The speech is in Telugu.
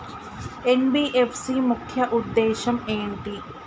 ఎన్.బి.ఎఫ్.సి ముఖ్య ఉద్దేశం ఏంటి?